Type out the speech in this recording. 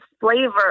flavor